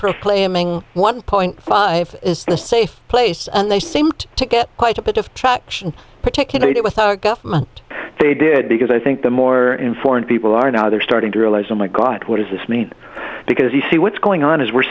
proclaiming one point five is a safe place and they seemed to get quite a bit of traction particularly with our government they did because i think the more informed people are now they're starting to realize oh my god what does this mean because you see what's going on is we're